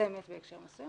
כמצמצמת ביותר.